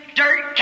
dirt